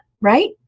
right